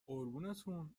قربونتون